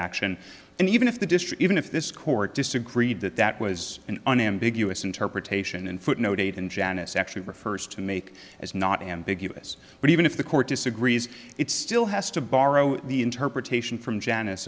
action and even if the district even if this court disagreed that that was an unambiguous interpretation and footnote it in janice actually refers to make as not ambiguous but even if the court disagrees it still has to borrow the interpretation from janice